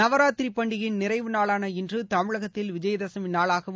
நவராத்திரி பண்டிகையின் நிறைவு நாளான இன்று தமிழகத்தில் விஜயதசமி நாளாகவும்